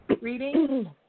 reading